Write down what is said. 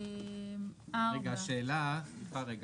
סליחה רגע,